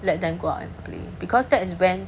let them go and play because that is when